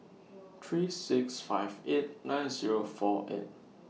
three six five eight nine Zero four eight